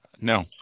No